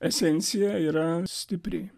esencija yra stipri